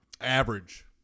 average